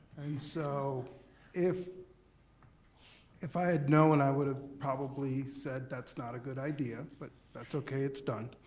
so if if i had known i would've probably said that's not a good idea, but that's okay it's done.